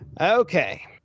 Okay